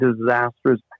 disastrous